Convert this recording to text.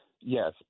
Yes